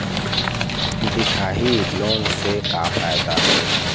दिखाही लोन से का फायदा हे?